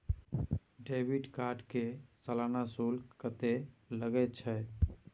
Debit card के सालाना शुल्क कत्ते लगे छै?